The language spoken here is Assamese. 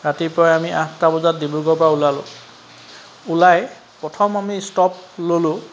ৰাতিপুৱা আমি আঠটা বজাত ডিব্ৰুগড়ৰপৰা ওলালোঁ ওলাই প্ৰথম আমি ষ্টপ ললোঁ